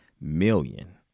million